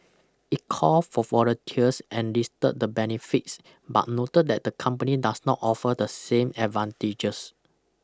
it called for volunteers and listed the benefits but noted that the company does not offer the same advantages